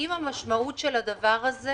האם המשמעות של הדבר הזה